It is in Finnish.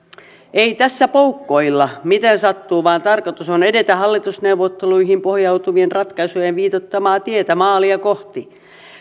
ei tässä poukkoilla miten sattuu vaan tarkoitus on edetä hallitusneuvotteluihin pohjautuvien ratkaisujen viitoittamaa tietä maalia kohti